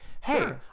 hey